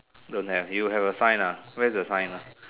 don't have you have a sign ah where's the sign ah